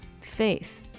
faith